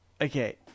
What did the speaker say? Okay